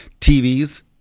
TVs